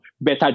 better